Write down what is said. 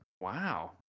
Wow